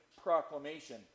proclamation